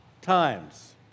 times